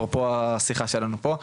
אפרופו השיחה שלנו פה,